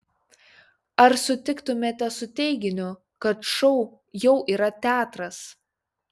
ar sutiktumėte su teiginiu kad šou jau yra teatras